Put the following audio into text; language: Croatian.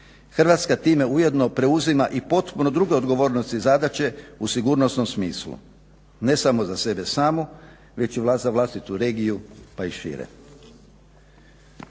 Hrvatska time ujedno preuzima i potpuno druge odgovornosti i zadaće u sigurnosnom smislu ne samo za sebe samu već i za vlastitu regiju pa i šire.